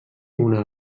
una